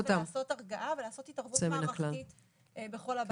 לעשות הרגעה ולעשות התערבות מערכתית בכל הבית.